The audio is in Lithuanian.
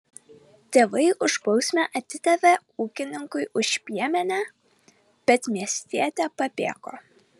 tėvai už bausmę atidavė ūkininkui už piemenę bet miestietė pabėgo